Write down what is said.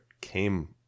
came